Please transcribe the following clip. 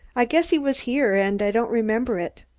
i guess he was here and i don't remember it.